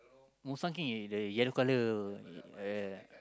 Mao-Shan-king is the yellow colour uh